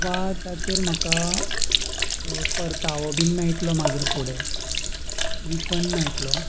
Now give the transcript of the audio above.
वा ताचेर म्हाका परतावो बीन मेळटलो मागीर फुडें रिफंड मेळटलो